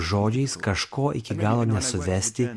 žodžiais kažko iki galo nesuvesti